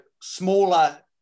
smaller